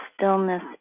stillness